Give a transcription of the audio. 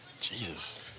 Jesus